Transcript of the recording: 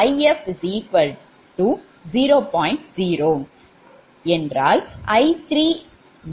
0 என்றால் 𝐼𝑓13−𝑗1